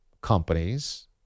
companies